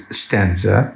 stanza